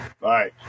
Bye